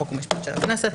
חוק ומשפט של הכנסת,